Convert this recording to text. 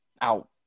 out